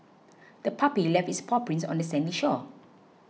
the puppy left its paw prints on the sandy shore